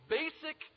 basic